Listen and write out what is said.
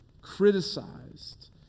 criticized